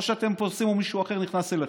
או שאתם פורסים או שמישהו אחר נכנס אליכם,